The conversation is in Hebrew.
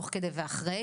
תוך כדי ואחרי,